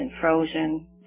frozen